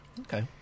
Okay